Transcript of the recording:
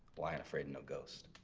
like afraid and no ghosts.